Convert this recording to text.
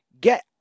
get